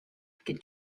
could